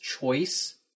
choice